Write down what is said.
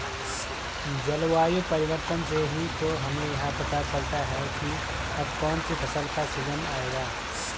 जलवायु परिवर्तन से ही तो हमें यह पता चलता है की अब कौन सी फसल का सीजन आयेगा